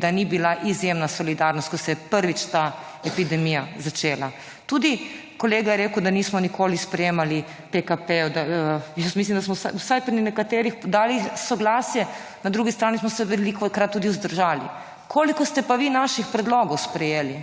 da ni bila izjemna solidarnost, ko se je prvič ta epidemija začela. Tudi kolega je rekel, da nismo nikoli sprejemali PKP. Jaz mislim, da smo vsaj pri nekaterih dali soglasje, na drugi strani smo se velikokrat tudi vzdržali. Koliko ste pa vi naših predlogo sprejeli?